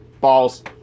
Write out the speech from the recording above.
Balls